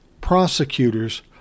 prosecutors